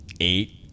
eight